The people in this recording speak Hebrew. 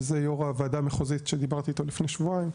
וזה יו"ר הוועדה המחוזית שדיברתי איתו לפני שבועיים,